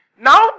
Now